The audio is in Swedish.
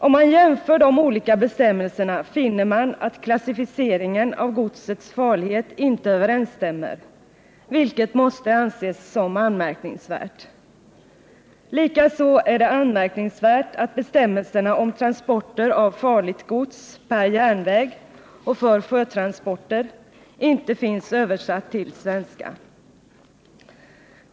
Om man jämför de olika bestämmelserna finner man att klassificeringen av godsets farlighet inte överensstämmer, vilket måste anses som anmärkningsvärt. Likaså är det anmärkningsvärt att bestämmelserna av transporter av farligt gods per järnväg och för sjötransporter inte finns översatta till svenska.